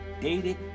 dated